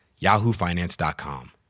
yahoofinance.com